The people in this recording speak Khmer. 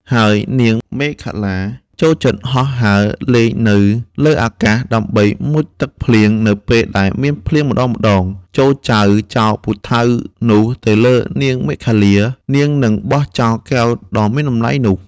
ហើយនាងមេខលានេះ ចូលចិត្តហោះហើរលេងនៅលើអាកាសដើម្បីមុជទឹកភ្លៀងនៅពេលដែលមានភ្លៀងម្តងៗ ចូរចៅចោលពូថៅនោះទៅលើនាងមេខលា នាងនឹងបោះចោលកែវដ៏មានតម្លៃនោះ។